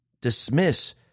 dismiss